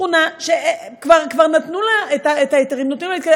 שכונה שכבר נתנו לה את ההיתרים,